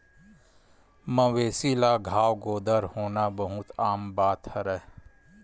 मवेशी ल घांव गोदर होना बहुते आम बात हरय